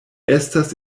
estas